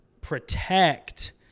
protect